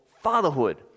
fatherhood